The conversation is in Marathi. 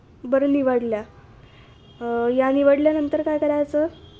बरं निवडल्या या निवडल्यानंतर काय करायचं